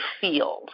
field